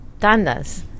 tandas